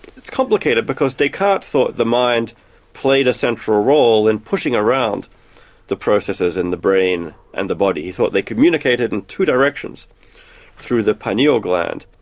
it's complicated because descartes thought the mind played a central role in pushing around the processes in the brain and the body he thought they communicated in two directions through the pineal gland.